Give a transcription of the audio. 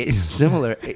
Similar